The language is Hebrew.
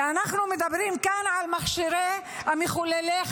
ואנחנו מדברים כאן על מחוללי החמצן.